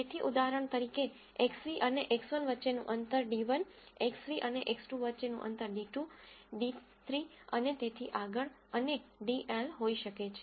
તેથી ઉદાહરણ તરીકે Xν અને X1 વચ્ચેનું અંતર d1 Xν અને X2 વચ્ચેનું d2 d3 અને તેથી આગળ અને dl હોઈ શકે છે